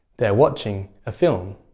they're watching a film.